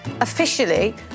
officially